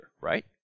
right